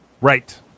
Right